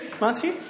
Matthew